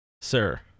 Sir